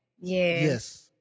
yes